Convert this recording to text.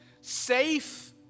safe